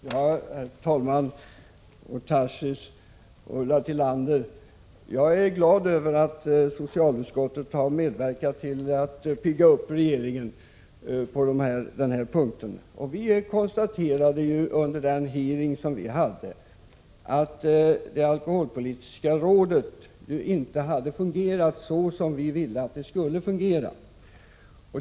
Herr talman! Daniel Tarschys och Ulla Tillander, jag är glad över att socialutskottet medverkat till att pigga upp regeringen på denna punkt. Vi konstaterade under den hearing som vi hade att det alkoholpolitiska rådet inte hade fungerat så som vi ville att det skulle fungera.